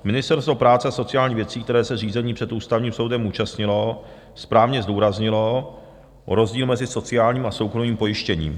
Ministerstvo práce a sociálních věcí, které se řízení před Ústavním soudem účastnilo, správně zdůraznilo rozdíl mezi sociálním a soukromým pojištěním.